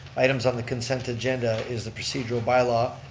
items on the consent agenda is the procedural bylaw,